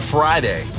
Friday